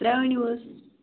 ترٛےٚ اَنِو حظ